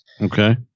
Okay